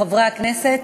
חברי הכנסת,